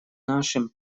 нашим